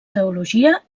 teologia